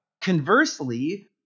Conversely